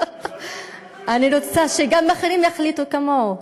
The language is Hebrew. אני רוצה שגם אחרים יחליטו כמוהו.